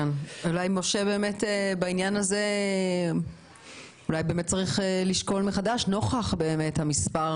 משה, בעניין הזה אולי צריך לשקול מחדש נוכח המספר